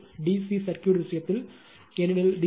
D C circuit விஷயத்தில் ஏனெனில் DC